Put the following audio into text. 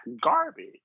garbage